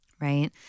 right